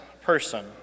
person